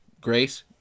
great